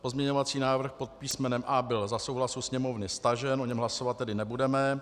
Pozměňovací návrh pod písmenem A byl za souhlasu Sněmovny stažen, o něm tedy hlasovat nebudeme.